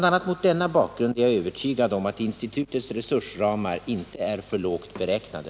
a. mot denna bakgrund är jag övertygad om att institutets resursramar inte är för lågt beräknade.